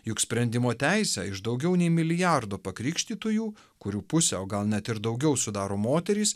juk sprendimo teisę iš daugiau nei milijardo pakrikštytųjų kurių pusę o gal net ir daugiau sudaro moterys